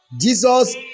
Jesus